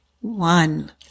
one